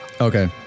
Okay